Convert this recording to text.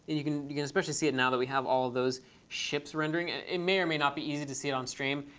you can you can especially see it now that we have all of those ships rendering. and it may or may not be easy to see on stream.